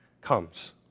comes